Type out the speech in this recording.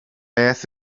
beth